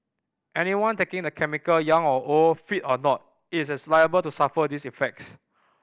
anyone taking the chemical young or old fit or not is as liable to suffer these effects